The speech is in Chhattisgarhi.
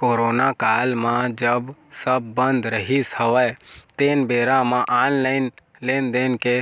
करोना काल म जब सब बंद रहिस हवय तेन बेरा म ऑनलाइन लेनदेन के